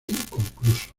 inconcluso